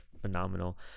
phenomenal